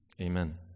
amen